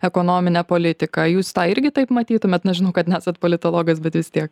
ekonominę politiką jūs tą irgi taip matytumėt na žinau kad nesat politologas bet vis tiek